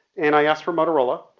and i asked for motorola.